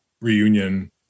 reunion